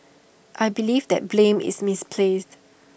I believe that blame is misplaced